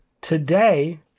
today